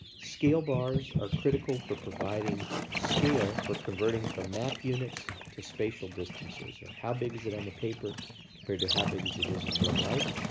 scale bars are critical for providing scale for converting from map units to spatial distances. or, how big is it on the paper compared to how big it is in real life.